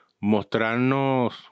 mostrarnos